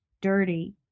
dirty